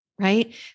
Right